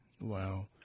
wow